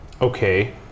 Okay